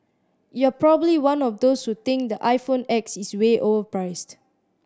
you're probably one of those who think the iPhone X is way overpriced